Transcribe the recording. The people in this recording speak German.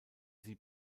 sie